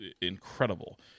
incredible